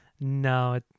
no